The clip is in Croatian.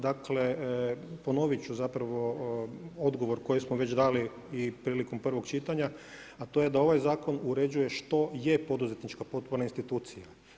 Dakle, ponovit ću zapravo odgovor koji smo već dali i prilikom prvog čitanja a to je da ovaj zakon uređuje što je poduzetnička potporna institucija.